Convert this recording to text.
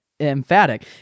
emphatic